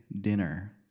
dinner